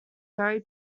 very